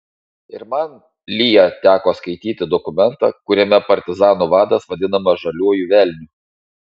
ir man lya teko skaityti dokumentą kuriame partizanų vadas vadinamas žaliuoju velniu